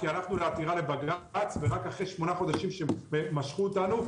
כי הלכנו לעתירה לבג"ץ ורק אחרי שמונה חודשים שמשכו אותנו,